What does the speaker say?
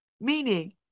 meaning